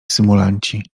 symulanci